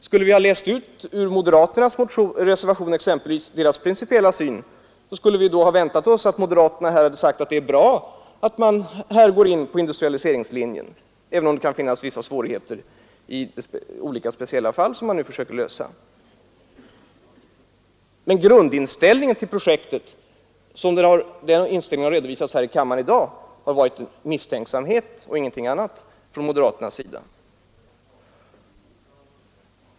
Skulle vi ha läst ut ur exempelvis moderaternas reservation deras principiella syn hade vi kunnat vänta oss att moderaterna här hade sagt att det är bra att man går in för industrialiseringslinjen, även om det kan finnas vissa svårigheter i olika speciella fall som man nu försöker lösa. Men grundinställningen till projektet, som den redovisats här i kammaren i dag, har varit misstänksamhet och ingenting annat från moderaternas sida.